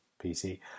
PC